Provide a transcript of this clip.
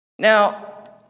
Now